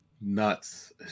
nuts